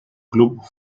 club